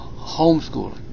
homeschooling